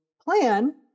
plan